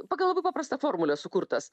pagal labai paprastą formulę sukurtas